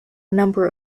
number